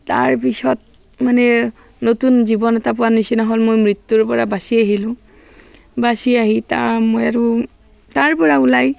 তাৰপিছত মানে নতুন জীৱন এটা পোৱাৰ নিচিনা হ'ল মোৰ মোৰ মৃত্যুৰ পৰা বাচি আহিলোঁ বাচি আহি এতিয়া মই আৰু তাৰ পৰা ওলাই